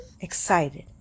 Excited